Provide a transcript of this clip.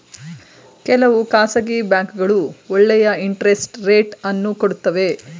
ಕೆಲವು ಖಾಸಗಿ ಬ್ಯಾಂಕ್ಗಳು ಒಳ್ಳೆಯ ಇಂಟರೆಸ್ಟ್ ರೇಟ್ ಅನ್ನು ಕೊಡುತ್ತವೆ